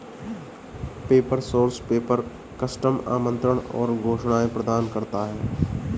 paper source paper, custom आमंत्रण और घोषणाएं प्रदान करता है